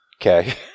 Okay